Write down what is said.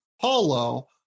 Paulo